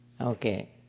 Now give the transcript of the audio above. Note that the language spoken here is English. Okay